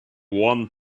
want